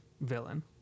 villain